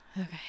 okay